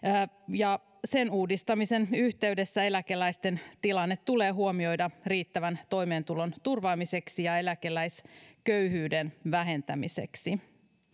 ja sen uudistamisen yhteydessä eläkeläisten tilanne tulee huomioida riittävän toimeentulon turvaamiseksi ja eläkeläisköyhyyden vähentämiseksi